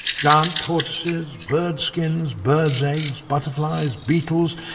giant tortoises, bird skins, birds eggs, butterflies, beetles,